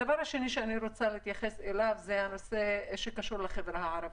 הדבר השני שאני רוצה להתייחס אליו זה החברה הערבית.